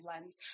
lens